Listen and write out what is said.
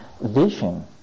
vision